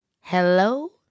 Hello